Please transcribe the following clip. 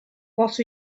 what